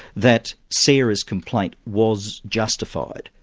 that sara's complaint was justified.